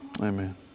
Amen